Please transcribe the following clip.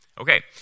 Okay